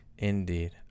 indeed